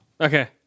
Okay